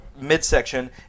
midsection